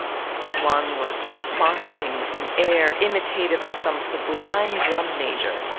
one was marching with an air imitative of some sublime drum major.